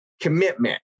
commitment